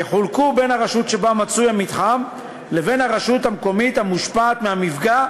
יחולקו בין הרשות שבה מצוי המתחם לבין הרשות המקומית המושפעת מהמפגע,